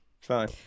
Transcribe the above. Fine